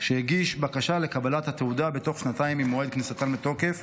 שהגיש בקשה לקבלת התעודה בתוך שנתיים ממועד כניסתן לתוקף,